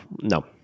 No